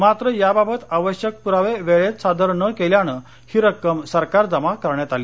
मात्र याबाबत आवश्यक पुरावे वेळेत सादर न केल्यानं ही रक्कम सरकारजमा करण्यात आली